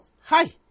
hi